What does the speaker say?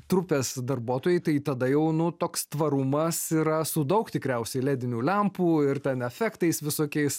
trupės darbuotojai tai tada jau nu toks tvarumas yra su daug tikriausiai ledinių lempų ir ten efektais visokiais